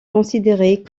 considérées